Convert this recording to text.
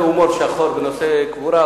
תשובה לשאילתא של חבר הכנסת אורי